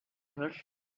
hers